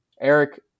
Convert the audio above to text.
Eric